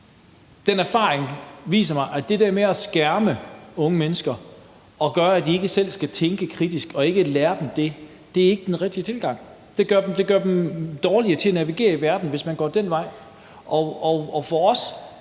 den erfaring viser mig, at det der med at skærme unge mennesker og gøre, at de ikke selv skal tænke kritisk, og ikke lære dem det, ikke er den rigtige tilgang. Det gør dem dårligere til at navigere i verden, hvis man går den vej. For os